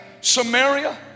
Samaria